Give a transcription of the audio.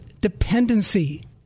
dependency